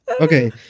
Okay